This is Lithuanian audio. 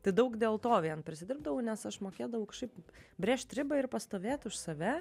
tai daug dėl to vien prisidirbdavau nes aš mokėdavau kažkaip brėžt ribą ir pastovėti už save